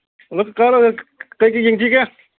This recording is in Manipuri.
ꯍꯂꯣ ꯀꯀꯥ ꯀꯔꯤ ꯀꯔꯤ ꯌꯦꯡꯁꯤꯒꯦ